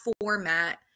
format